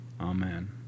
Amen